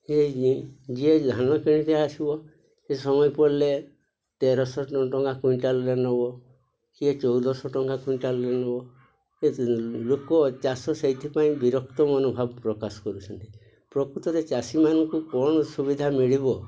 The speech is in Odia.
ଯିଏ ଧାନ କିଣିଥିଲେ ଆସିବ ସେ ସମୟ ପଡ଼ିଲେ ତେରଶହ ଟଙ୍କା କ୍ୱିଣ୍ଟାଲରେ ନେବ କିଏ ଚଉଦଶହ ଟଙ୍କା କ୍ୱିଣ୍ଟାଲରେ ନେବ ଲୋକ ଚାଷ ସେଇଥିପାଇଁ ବିରକ୍ତ ମନୋଭାବ ପ୍ରକାଶ କରୁଛନ୍ତି ପ୍ରକୃତରେ ଚାଷୀମାନଙ୍କୁ କ'ଣ ସୁବିଧା ମିଳିବ